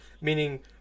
meaning